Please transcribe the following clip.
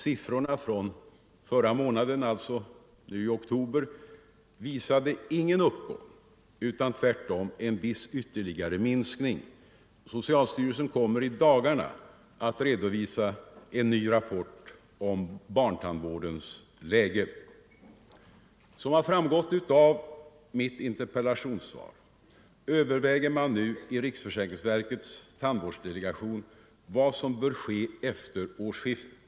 Siffrorna från oktober månad i år visade ingen uppgång utan tvärtom en viss ytterligare minskning. Socialstyrelsen kommer i dagarna att redovisa en ny rapport om barntandvårdens läge. Som framgått av mitt interpellationssvar överväger man nu i riksför säkringsverkets tandvårdsdelegation vad som bör ske efter årsskiftet.